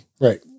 Right